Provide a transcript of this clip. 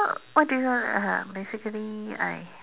what do you uh basically I